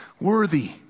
worthy